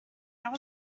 how